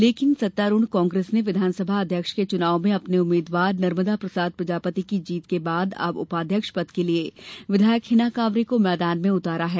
लेकिन सत्तारूढ़ कांग्रेस ने विधानसभा अध्यक्ष के चुनाव में अपने उम्मीदवार नर्मदा प्रसाद प्रजापति की जीत के बाद अब उपाध्यक्ष पद के लिए विधायक हिना कांवरे को मैदान में उतारा है